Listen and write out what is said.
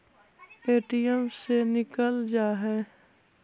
ATM से निकल जा है?